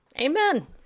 Amen